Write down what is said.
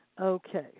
Okay